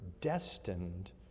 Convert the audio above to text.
destined